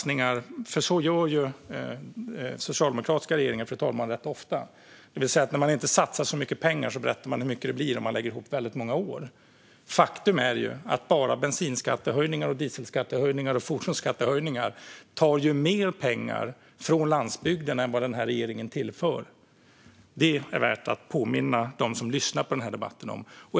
När socialdemokratiska regeringar inte satsar så mycket pengar berättar de ofta hur mycket det blir när man lägger ihop många år. Faktum är att bara bensinskattehöjningar, dieselskattehöjningar och fordonsskattehöjningar tar mer pengar från landsbygden än vad regeringen tillför. Det är värt att påminna dem som lyssnar på denna debatt om. Fru talman!